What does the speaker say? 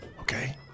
okay